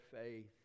faith